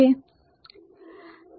ના તે છે